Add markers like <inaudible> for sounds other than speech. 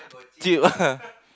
zip <laughs>